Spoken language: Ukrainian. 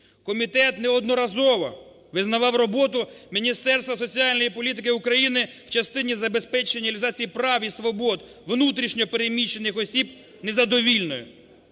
Комітет неодноразово визнавав роботу Міністерства соціальної політики України в частині забезпечення реалізації прав і свобод внутрішньо переміщених осіб незадовільною